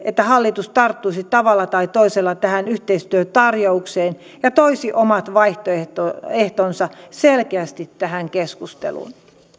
että hallitus tarttuisi tavalla tai toisella tähän yhteistyötarjoukseen ja toisi omat vaihtoehtonsa selkeästi tähän keskusteluun